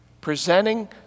presenting